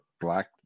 black